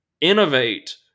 Innovate